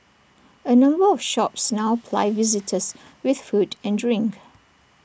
A number of shops now ply visitors with food and drink